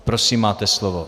Prosím, máte slovo.